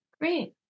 Great